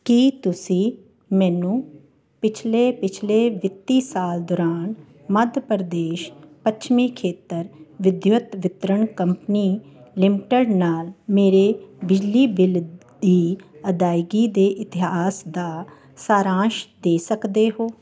ਕੀ ਤੁਸੀਂ ਮੈਨੂੰ ਪਿਛਲੇ ਪਿਛਲੇ ਵਿੱਤੀ ਸਾਲ ਦੌਰਾਨ ਮੱਧ ਪ੍ਰਦੇਸ਼ ਪੱਛਮੀ ਖੇਤਰ ਵਿਦਯੁਤ ਵਿਤਰਨ ਕੰਪਨੀ ਲਿਮਟਿਡ ਨਾਲ ਮੇਰੇ ਬਿਜਲੀ ਬਿੱਲ ਦੀ ਅਦਾਇਗੀ ਦੇ ਇਤਿਹਾਸ ਦਾ ਸਾਰਾਂਸ਼ ਦੇ ਸਕਦੇ ਹੋ